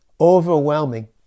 overwhelming